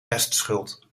restschuld